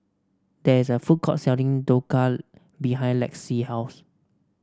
there is a food court selling Dhokla behind Lexi's house